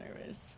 nervous